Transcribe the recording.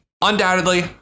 undoubtedly